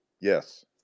Yes